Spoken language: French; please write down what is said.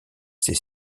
ses